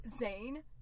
Zayn